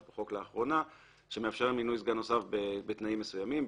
בחוק לאחרונה שמאפשר מינוי סגן נוסף בתנאים מסוימים,